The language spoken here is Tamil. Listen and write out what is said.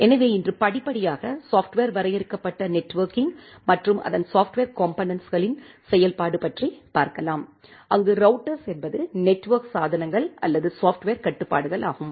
எனவே இன்று படிப்படியாக சாப்ட்வர் வரையறுக்கப்பட்ட நெட்வொர்க்கிங் மற்றும் அதன் சாப்ட்வர் காம்போனென்ட்ஸ்களின் செயல்பாட்டு பற்றி பார்க்கலாம் அங்கு ரௌட்டர்ஸ் என்பது நெட்வொர்க் சாதனங்கள் அல்லது சாப்ட்வர் கட்டுப்பாடுகள் ஆகும்